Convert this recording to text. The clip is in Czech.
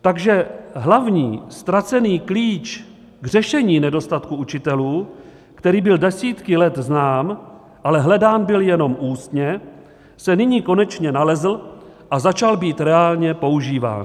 Takže hlavní, ztracený klíč k řešení nedostatku učitelů, který byl desítky let znám, ale hledán byl jenom ústně, se nyní konečně nalezl a začal být reálně používán.